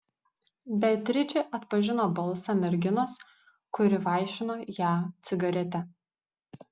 beatričė atpažino balsą merginos kuri vaišino ją cigarete